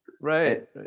Right